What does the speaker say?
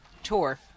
tour